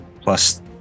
plus